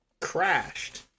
Crashed